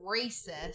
racist